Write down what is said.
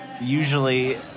usually